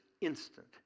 instant